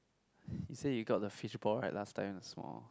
you say you got the fishball right last time the small